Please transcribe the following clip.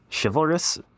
Chivalrous